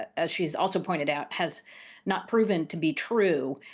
as she has also pointed out, has not proven to be true.